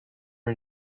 are